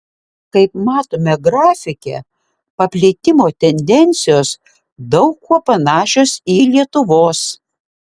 kaip matome grafike paplitimo tendencijos daug kuo panašios į lietuvos